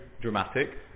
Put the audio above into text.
dramatic